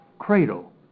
cradle